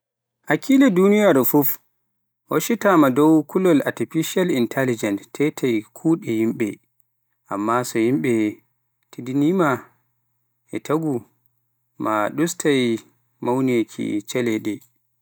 Hakkille duniyaaru fof huccitaama dow kulol artificial intelligence tetai kuuɗe yimbe, amma so yimɓe tiiɗniima e tago maa ustu mawneeki caɗeele ɗee